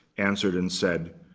answered and said,